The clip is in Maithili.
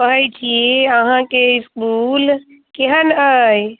कहैत छी अहाँकेँ इसकुल केहन अइ